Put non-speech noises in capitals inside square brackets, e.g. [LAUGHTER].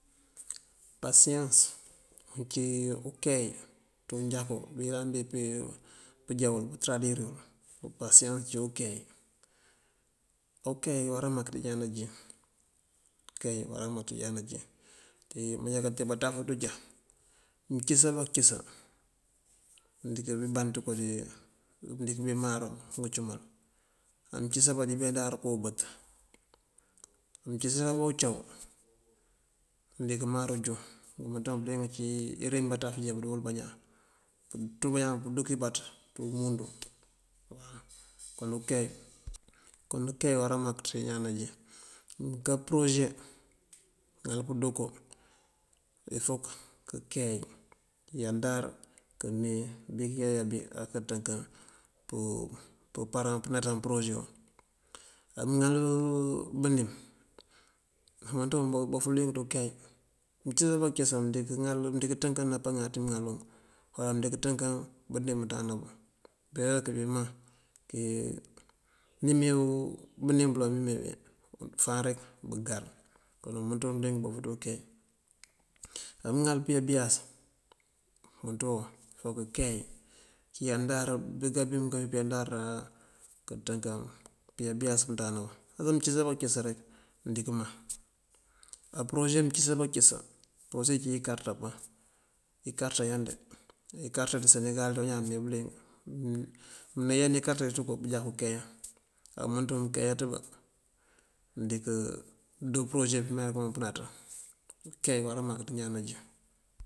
Pasiyans uncí ukeey ţí unjakú bí yëlan bí pëjá wul pëtëradir wul, upasiyans cí unkeey. Á ukeey wará mak ţí ñaan najín, ukeey wará mak ţí ñaan najín. Te manjá kate baţaf dujá mëncësa bá këcësa mëndiŋ bí band ţëko ţí mëndiŋ bí máar ngëcumal, á mëcësa bá dí bëyandar këwubëţ, mëncësara bá ucaw mëndiŋ máar ujúŋ. Wu mënţa wuŋ bëliyëng ací irim yí baţaf de bëdu wël bañaan pëţú bañaan pëduk ibaţ ţí umundu waw. Kon ukeey, kon unkeey awará mak ţí ñaan najín. Mënká përoose mëŋal pëdoo koo il fok këkeey këyandar këmee bí këyá bí akë ţënkan [HESITATION] puraran pënaţan përoosewu. Á mëŋal bënim wu mënţ wuŋ bof bëliyëng ţí ukeey. Mëncësa bá këcësa mëndiŋ ŋal, mëndiŋ ţënkan napal ŋáaţ ní mëŋal unk wala mëndiŋ ţënkan bënim bëmënţandana buŋ. Mbeeraţ këbí man këye nime bënim bímeebí fáan rek bëgar. Kon wumënţ wuŋ bëliyëng bof ţí ukeey. Á mëŋal pëyá bëyas wumënţa wuŋ fok këkeey këyandar bëgá bí mënká bí pëyandara këţëkan pëyá bëyáas bëmënţandana buŋ. Pasëk mëncësa bá këcësa rek mëndiŋ maŋ. Á përoose mëcësa bá këcësa përoose cí ikarta paŋ, ikarta yan de, ikarta ţí senegal ţí bañaan mee bëliyëng mëneejan ikarta ţí ţëko bëjáku keeyan. Á uwumënţ wuŋ mënkeeyaţ bá mëndiŋ doo përoose pí mëŋal puŋ pënaţan. Pëkeey wará mak ţí ñaan najín.